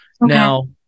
Now